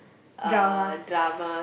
dramas